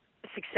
success